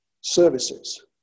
services